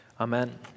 amen